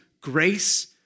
grace